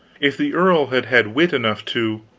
if the earl had had wit enough to